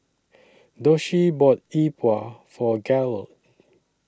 Doshie bought E Bua For Garold